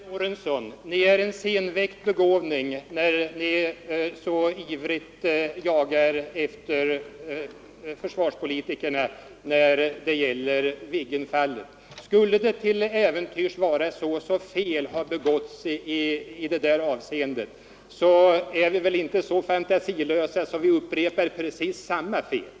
Herr talman! Herr Lorentzon, Ni är en senväckt begåvning, när Ni så ivrigt jagar efter försvarspolitikerna i Viggenfallet. Skulle till äventyrs fel ha begåtts, är vi väl inte så fantasilösa att vi upprepar precis samma fel.